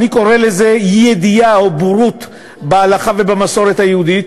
אני קורא לזה אי-ידיעה או בורות בהלכה ובמסורת היהודית,